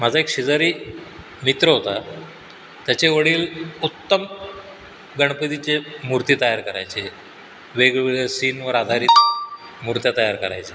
माझा एक शेजारी मित्र होता त्याचे वडील उत्तम गणपतीचे मूर्ती तयार करायचे वेगवेगळ्या सीनवर आधारित मूर्त्या तयार करायचे